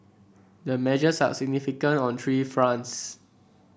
the measures are significant on three fronts